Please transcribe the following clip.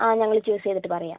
ആ ഞങ്ങൾ ചൂസ് ചെയ്തിട്ട് പറയാം